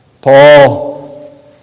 Paul